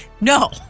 No